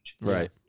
Right